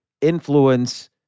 influence